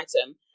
item